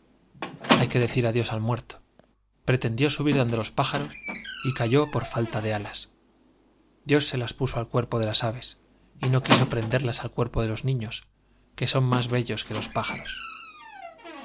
hay que decir adiós al muerto pretendió subir donde los pájaros y cayó por falta de alas dios se las puso al cuerpo de las aves y no quiso prenderlas al cuerpo de los niños que son más bellos que los pájaros